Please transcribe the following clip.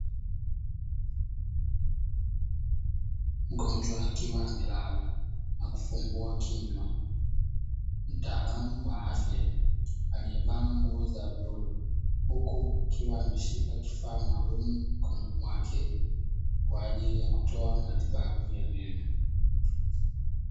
Mgonjwa akiwa amelala na kufumbua kinywa, mtaalamu wa afya aliyevaa nguo za bluu huku akiwa ameshika kifaa maalumu mkononi mwake kwa ajili ya kutoa matibabu ya meno.